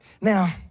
Now